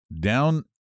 Down